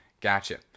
Gotcha